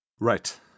Right